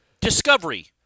discovery